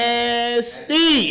Nasty